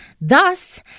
thus